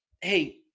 Hey